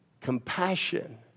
Compassion